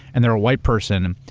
and they're a white person,